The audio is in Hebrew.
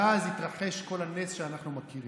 ואז התרחש כל הנס שאנחנו מכירים.